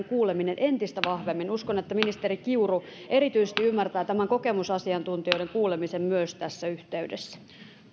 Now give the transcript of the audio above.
kuuleminen entistä vahvemmin uskon että ministeri kiuru erityisesti ymmärtää tämän kokemusasiantuntijoiden kuulemisen myös tässä yhteydessä